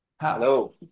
Hello